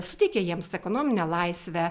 suteikė jiems ekonominę laisvę